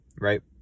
right